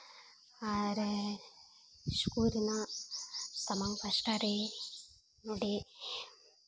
ᱟᱨ school ᱨᱮᱱᱟᱜ ᱥᱟᱢᱟᱝ ᱯᱟᱥᱴᱟ ᱨᱮ ᱱᱚᱸᱰᱮ